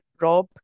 rob